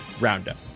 Roundup